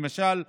למשל,